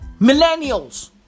millennials